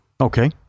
Okay